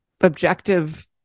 objective